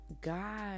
God